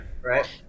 right